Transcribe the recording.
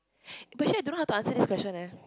but actually I don't know how to answer this question eh